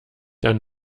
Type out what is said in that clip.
dann